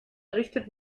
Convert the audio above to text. errichtet